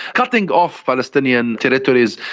cutting off palestinian territories,